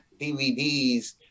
DVDs